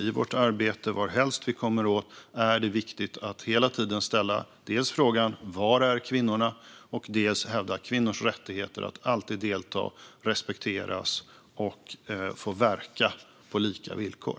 I vårt arbete, varhelst vi befinner oss, är det viktigt att hela tiden dels ställa frågan var kvinnorna är, dels hävda kvinnors rättigheter att alltid delta, respekteras och få verka på lika villkor.